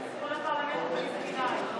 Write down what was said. שילכו לפרלמנט הפלסטיני.